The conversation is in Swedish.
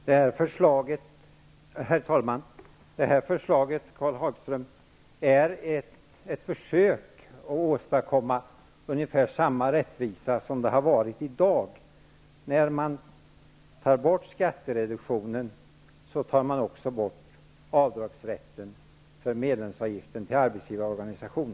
Herr talman! Det här förslaget är ett försök att åstadkomma ungefär samma rättvisa som vi har haft fram till i dag, Karl Hagström. När man avskaffar skattereduktionen tar man också bort avdragsrätten för medlemsavgift till arbetsgivarorganisation.